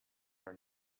her